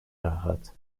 rahat